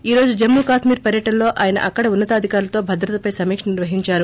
ఈరోజు జమ్ము కళ్మీర్ పర్యటనలో ఆయన అక్కడి ఉన్న తాధికారులతో భద్రతపై సమీక నిర్వహించారు